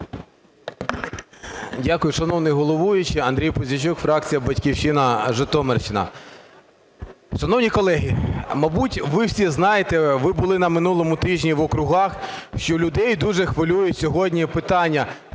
Дякую, шановний головуючий. Андрій Пузійчук, фракція "Батьківщина", Житомирщина. Шановні колеги, мабуть, ви всі знаєте, ви були на минулому тижні в округах, що людей дуже хвилюють сьогодні питання